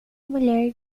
mulher